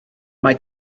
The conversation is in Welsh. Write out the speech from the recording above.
mae